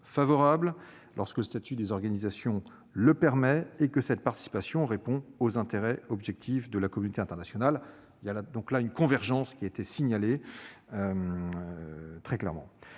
favorables lorsque le statut des organisations le permet et que cette participation répond aux intérêts objectifs de la communauté internationale. Il y a donc là une convergence très claire.